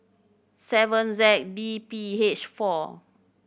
seven Z D P H four